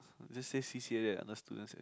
just say c_c_a that other students